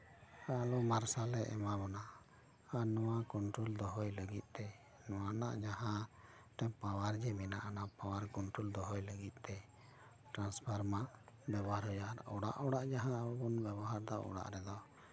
ᱟᱞᱚ ᱢᱟᱨᱥᱟᱞ ᱮ ᱮᱢᱟ ᱵᱚᱱᱟ ᱟᱨ ᱱᱚᱣᱟ ᱠᱚᱱᱴᱨᱳᱞ ᱫᱚᱦᱚᱭ ᱞᱟᱹᱜᱤᱫ ᱛᱮ ᱱᱚᱣᱟ ᱨᱮᱱᱟᱜ ᱡᱟᱦᱟᱸ ᱯᱟᱣᱟᱨ ᱡᱮ ᱢᱮᱱᱟᱜ ᱟᱱᱟ ᱚᱱᱟ ᱯᱟᱣᱟᱨ ᱠᱚᱱᱴᱨᱳᱞ ᱫᱚᱦᱚᱭ ᱞᱟᱹᱜᱤᱫ ᱛᱮ ᱴᱨᱟᱱᱥᱯᱷᱟᱨᱢᱟ ᱵᱮᱵᱚᱦᱟᱨ ᱦᱩᱭᱩᱜᱼᱟ ᱚᱲᱟᱜ ᱚᱲᱟᱜ ᱡᱟᱦᱟᱸ ᱠᱚᱵᱚᱱ ᱵᱮᱵᱚᱦᱟᱨᱫᱟ ᱚᱲᱟᱜ ᱨᱮᱫᱚ